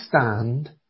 stand